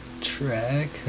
track